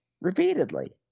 repeatedly